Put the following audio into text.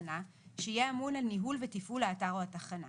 שיהיה אמון על ניהול ותפעול האתר או התחנה,